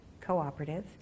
cooperative